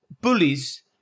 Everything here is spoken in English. Bullies